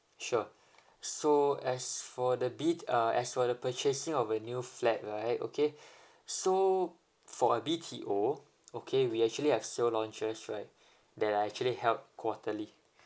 sure so as for the B~ uh as for the purchasing of a new flat right okay so for a B_T_O okay we actually have sale launches right that are actually held quarterly